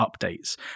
updates